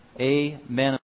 amen